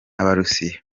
n’abarusiya